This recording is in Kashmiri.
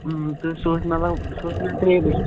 تہٕ سُہ اوس مطلب سُہ اوس مےٚ ترٛیٚیہِ بجہِ